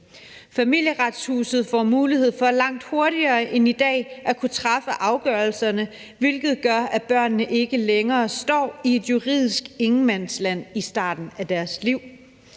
Familieretshuset får mulighed for langt hurtigere end i dag at kunne træffe afgørelserne, hvilket gør, at børnene ikke længere står i et juridisk ingenmandsland i starten af deres liv.